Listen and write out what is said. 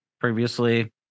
previously